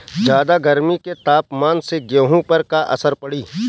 ज्यादा गर्मी के तापमान से गेहूँ पर का असर पड़ी?